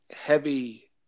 heavy